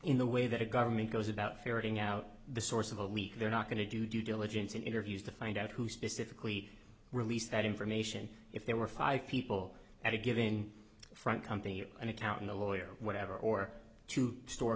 in the way that a government goes about ferreting out the source of a leak they're not going to do due diligence in interviews to find out who specific leak released that information if there were five people at a given front company or an accountant a lawyer whatever or to store